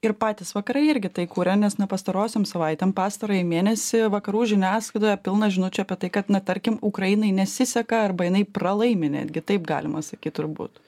ir patys vakarai irgi tai kuria nes na pastarosiom savaitėm pastarąjį mėnesį vakarų žiniasklaidoje pilna žinučių apie tai kad na tarkim ukrainai nesiseka arba jinai pralaimi netgi taip galima sakyt turbūt